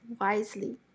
wisely